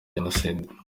jenoside